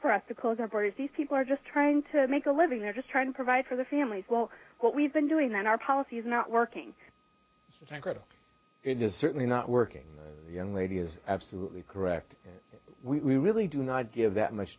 for us because our borders these people are just trying to make a living they're just trying to provide for their families well what we've been doing that our policies are not working certainly not working the young lady is absolutely correct and we really do not give that much